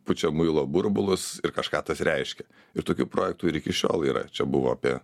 pučia muilo burbulus ir kažką tas reiškia ir tokių projektų ir iki šiol yra čia buvo apie